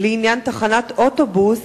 לעניין תחנת אוטובוס